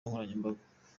nkoranyambaga